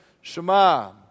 Shema